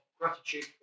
gratitude